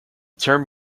term